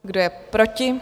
Kdo je proti?